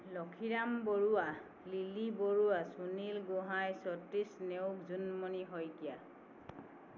Lakhiram Barua Lily Barua Sunil Gohain চত্তিছ নেওগ জোনমণি শইকীয়া